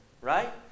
right